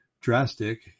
Drastic